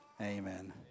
Amen